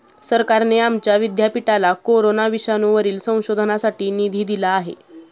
सरकारने आमच्या विद्यापीठाला कोरोना विषाणूवरील संशोधनासाठी निधी दिला आहे